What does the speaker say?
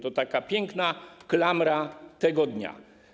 To taka piękna klamra tego dnia.